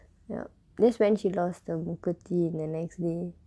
that's when she lost the மூக்குத்தி:muukkuththi the next day